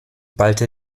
ballte